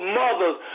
mothers